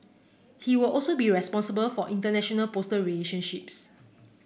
he will also be responsible for international postal relationships